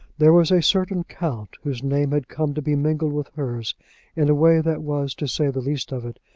there was a certain count whose name had come to be mingled with hers in a way that was, to say the least of it,